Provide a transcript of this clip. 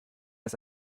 ist